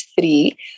three